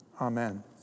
Amen